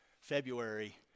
February